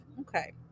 Okay